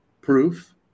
proof